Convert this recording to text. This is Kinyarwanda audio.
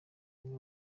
amwe